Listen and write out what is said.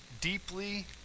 deeply